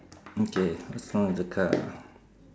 okay what's wrong with the car